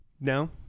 No